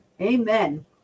Amen